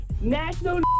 national